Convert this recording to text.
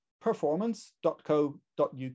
performance.co.uk